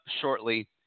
shortly